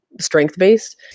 strength-based